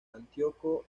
antíoco